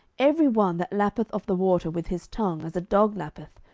every one that lappeth of the water with his tongue, as a dog lappeth,